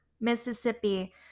Mississippi